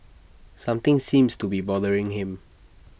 something seems to be bothering him